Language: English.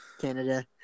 Canada